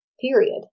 period